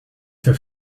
for